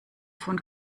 von